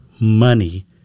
money